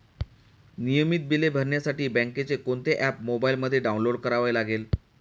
नियमित बिले भरण्यासाठी बँकेचे कोणते ऍप मोबाइलमध्ये डाऊनलोड करावे लागेल?